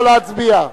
נא להצביע.